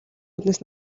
үүднээс